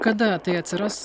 kada tai atsiras